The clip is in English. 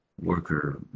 worker